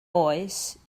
oes